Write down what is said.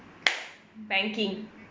banking